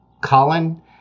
Colin